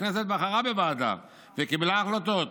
הכנסת בחרה בוועדה וקיבלה החלטות,